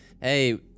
Hey